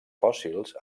fòssils